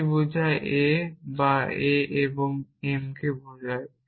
p বোঝায় a বা a এবং m কে বোঝায়